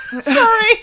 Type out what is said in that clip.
Sorry